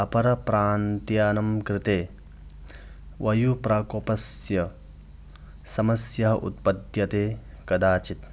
अपरप्रान्तियानं कृते वायुप्रकोपस्य समस्या उत्पद्यते कदाचित्